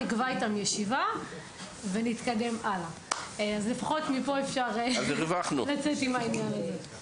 נקבע איתם ישיבה ונתקדם הלאה.״ אז לפחות אפשר לצאת מפה עם העניין הזה.